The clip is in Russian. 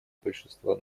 большинства